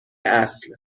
اصل